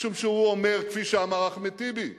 משום שהוא אומר כפי שאמר אחמד טיבי ביושר: